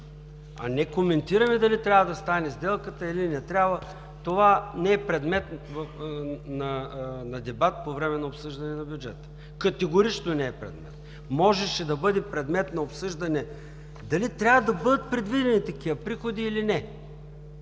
а не коментираме дали трябва да стане сделката, или не трябва. Това не е предмет на дебат по време на обсъждане на бюджета – категорично не е предмет! Можеше да бъде предмет на обсъждане дали трябва да бъдат предвидени такива приходи, или не.